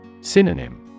Synonym